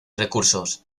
recursos